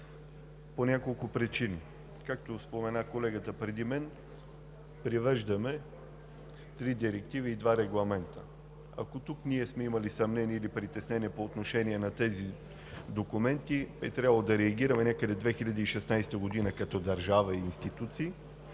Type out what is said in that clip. по няколко причини. Както спомена колегата преди мен, привеждаме три директиви и два регламента. Ако тук ние сме имали съмнения или притеснения по отношение на тези документи, трябвало е да реагираме някъде към 2016 г. като държава и институции